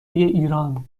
ایران